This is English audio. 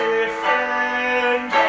Defend